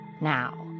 Now